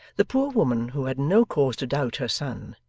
the poor woman, who had no cause to doubt her son,